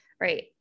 Right